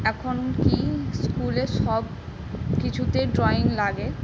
এখন কী স্কুলে সব কিছুতে ড্রয়িং লাগে